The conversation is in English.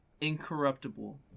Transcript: incorruptible